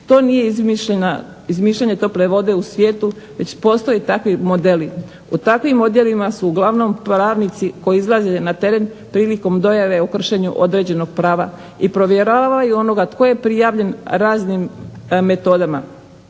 To nije izmišljanje tople vode u svijetu već postoje takvi modeli. U takvim odjelima su uglavnom pravnici koji izlaze na teren prilikom dojave o kršenju određenog prava i provjeravaju onoga tko je prijavljen raznim metodama.